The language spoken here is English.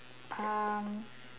um